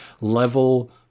level